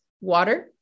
water